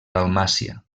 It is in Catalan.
dalmàcia